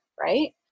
right